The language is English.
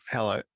Hello